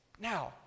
Now